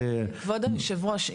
כבוד היושב ראש,